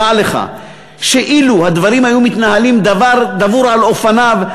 דע לך שאילו הדברים היו מתנהלים דבר דבור על אופניו,